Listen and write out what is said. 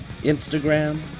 Instagram